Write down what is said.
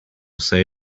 say